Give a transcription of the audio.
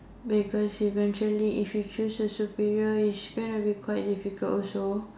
because eventually if you choose a superior it's going to be quite difficult also